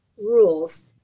rules